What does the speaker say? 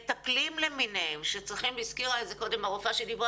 מטפלים למיניהם שצריכים והזכירה את זה קודם הרופאה שדיברה